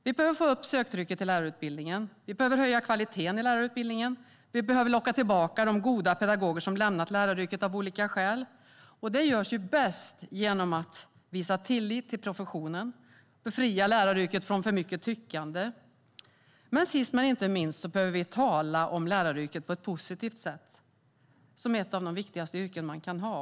Vi behöver få upp söktrycket till lärarutbildningen. Vi behöver höja kvaliteten på lärarutbildningen. Vi behöver locka tillbaka de goda pedagoger som har lämnat läraryrket av olika skäl. Detta görs bäst genom att visa tillit till professionen och befria läraryrket från för mycket tyckande. Sist men inte minst behöver vi tala om läraryrket på ett positivt sätt, som ett av de viktigaste yrken man kan ha.